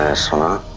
ah sana.